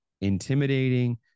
intimidating